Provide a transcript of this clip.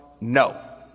No